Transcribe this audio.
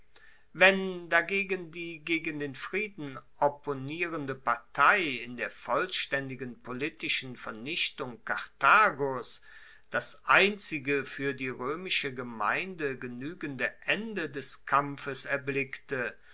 wenn dagegen die gegen den frieden opponierende partei in der vollstaendigen politischen vernichtung karthagos das einzige fuer die roemische gemeinde genuegende ende des kampfes erblickte